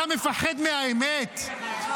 אתה מפחד מהאמת?